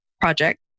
project